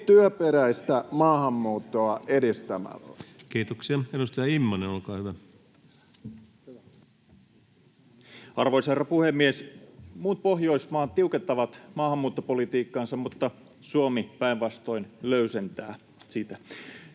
Välikysymys maahanmuuttopolitiikasta ja taloudesta Time: 15:47 Content: Arvoisa herra puhemies! Muut Pohjoismaat tiukentavat maahanmuuttopolitiikkansa, mutta Suomi päinvastoin löysentää sitä.